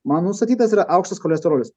man nustatytas yra aukštas cholesterolis